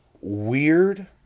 weird